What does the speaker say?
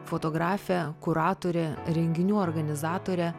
fotografe kuratore renginių organizatore